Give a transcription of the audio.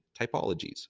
typologies